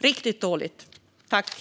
Förslaget är riktigt dåligt.